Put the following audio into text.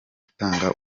gutanga